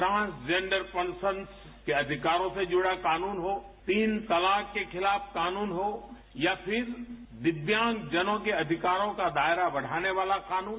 transgender person के अधिकारों से जुड़ा कानून हो तीन तलाक के खिलाफ कानून हो या फिर दिव्यांगजनों के अधिकारों का दायरा बढ़ाने वाला कानून